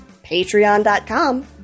patreon.com